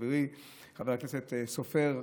חברי חבר הכנסת סופר,